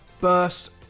burst